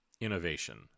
innovation